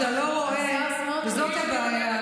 תתביישו